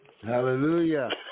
Hallelujah